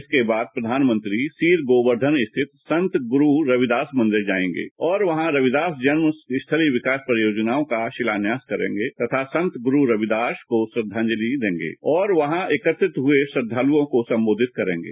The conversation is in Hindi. इसके बाद प्रधानमंत्री सीर गोवर्धन स्थित संत गुरू रविदास मंदिर जायंगे और वहां रविदास जन्मस्थली विकास परियोजनआं का शिलान्यास करेंगे तथा संत गुरू रविदास को श्रद्वाजलि देंगे और वहां एकत्रित हुए श्रद्वालुओं को सम्बोधित करेंगे